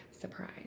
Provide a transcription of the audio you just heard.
surprise